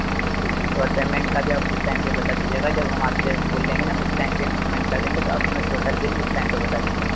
ठीक है और पेमेन्ट का भी आप उस टाइम पर बता दीजिएगा जब हम आपसे फूल लेंगे ना उस टाइम पर हम पेमेन्ट कर देंगे तो आप हमें टोटल बिल उस टाइम पर बता दीजिएगा